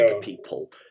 people